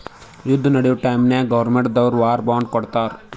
ಯುದ್ದ ನಡ್ಯಾ ಟೈಮ್ನಾಗ್ ಗೌರ್ಮೆಂಟ್ ದವ್ರು ವಾರ್ ಬಾಂಡ್ ಕೊಡ್ತಾರ್